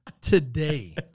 today